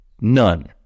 None